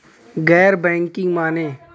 गैर बैंकिंग माने?